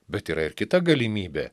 bet yra ir kita galimybė